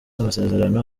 amasezerano